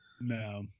No